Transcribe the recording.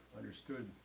understood